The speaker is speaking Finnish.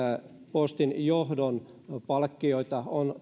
postin johdon palkkioita on